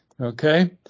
okay